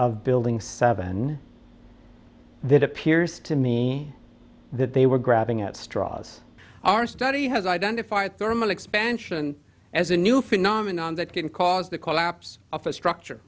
of building seven that appears to me that they were grabbing at straws our study has identified thermal expansion as a new phenomenon that can cause the collapse of a structure